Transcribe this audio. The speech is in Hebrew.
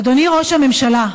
אדוני ראש הממשלה,